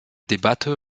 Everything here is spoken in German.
debatte